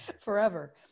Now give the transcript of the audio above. forever